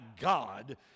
God